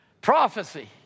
prophecy